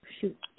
Shoot